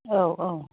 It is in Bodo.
औ औ